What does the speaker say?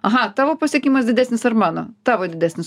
aha tavo pasiekimas didesnis ar mano tavo didesnis